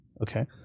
Okay